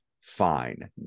fine